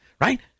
right